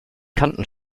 kanten